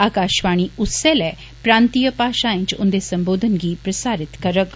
आकाशवाणी उस्सलै प्रान्तीय भाषाएं च उन्दे सम्बोधन गी प्रसारित करोग